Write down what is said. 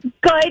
Good